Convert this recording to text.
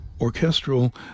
orchestral